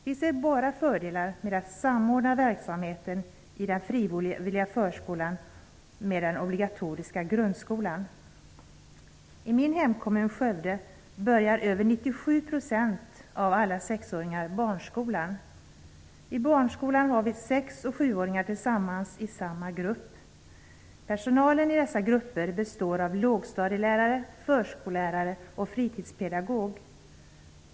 Vi ser bara fördelar med att samordna verksamheten i den frivilliga förskolan med den obligatoriska grundskolan. I min hemkommun Skövde börjar över 97 % av alla sexåringar Barnskolan. I Barnskolan är sex och sjuåringar tillsammans i samma grupp. Personalen i dessa grupper består av lågstadielärare, förskollärare och fritidspedagog.